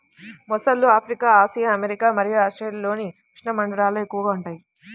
మొసళ్ళు Africa, Asia, America మరియు ఆస్ట్రేలియాలోని ఉష్ణమండలాల్లో ఎక్కువగా ఉంటాయి